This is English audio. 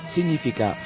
Significa